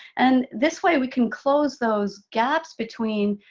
and this way, we can close those gaps between